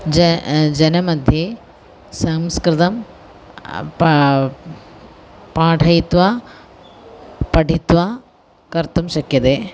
ज जनमध्ये संस्कृतं पा पाठयित्वा पठित्वा कर्तुं शक्यते